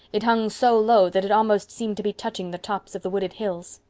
it hung so low that it almost seemed to be touching the tops of the wooded hills.